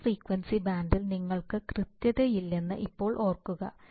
ഉയർന്ന ഫ്രീക്വൻസി ബാൻഡിൽ നിങ്ങൾക്ക് കൃത്യതയില്ലെന്ന് ഇപ്പോൾ ഓർക്കുക